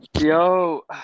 yo